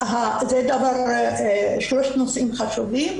אלה שלושה נושאים חשובים.